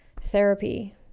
therapy